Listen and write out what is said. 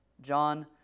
John